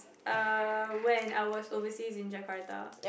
when I was overseas at Jakarta